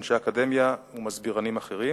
אנשי אקדמיה ומסבירנים אחרים,